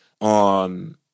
on